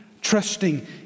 trusting